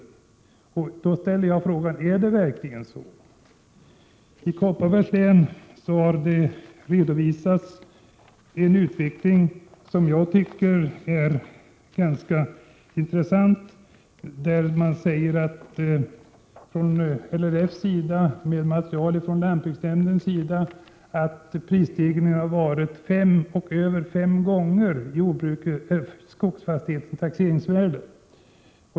Då ställer jag frågan: Är det verkligen så? I Kopparbergs län har det redovisats en utveckling som jag tycker är ganska intressant. Man säger från LRF, med material från lantbruksnämnden, att prisstegringen har uppgått till mer än fem gånger skogsfastighetens taxeringsvärde.